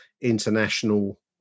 international